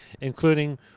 including